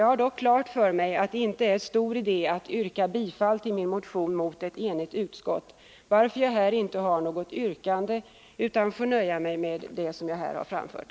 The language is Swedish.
Jag har dock klart för mig att det inte är stor idé att yrka bifall till min motion mot ett enigt utskott, och jag ställer därför inte något yrkande utan får nöja mig med det jag här har framfört.